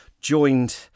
joined